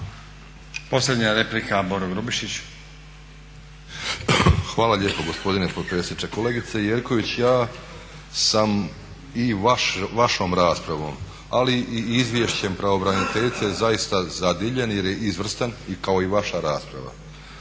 **Grubišić, Boro (HDSSB)** Hvala lijepo gospodine potpredsjedniče. Kolegice Jerković ja sam i vašom raspravom ali i izvješćem pravobraniteljice zaista zadivljen jer je izvrsno kao i vaša rasprava.